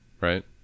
Right